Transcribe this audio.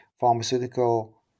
pharmaceutical